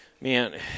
Man